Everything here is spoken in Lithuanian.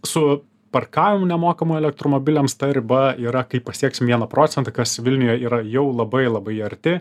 su parkavimu nemokamu elektromobiliams ta riba yra kai pasieksim vieną procentą kas vilniuje yra jau labai labai arti